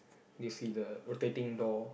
do you see the rotating door